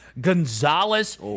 Gonzalez